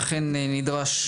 אכן נדרש.